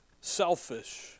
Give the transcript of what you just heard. selfish